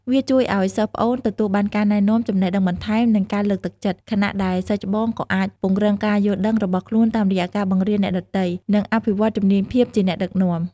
វាជួយឲ្យសិស្សប្អូនទទួលបានការណែនាំ ចំណេះដឹងបន្ថែម និងការលើកទឹកចិត្ត ខណៈដែលសិស្សច្បងក៏អាចពង្រឹងការយល់ដឹងរបស់ខ្លួនតាមរយៈការបង្រៀនអ្នកដទៃ និងអភិវឌ្ឍជំនាញភាពជាអ្នកដឹកនាំ។